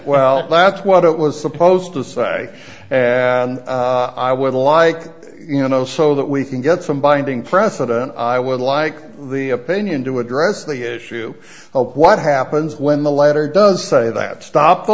well that's what it was supposed to say and i would like you know so that we can get some binding precedent i would like the opinion to address the issue of what happens when the letter does say that stopped the